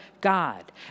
God